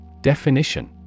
Definition